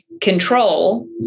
control